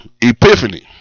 Epiphany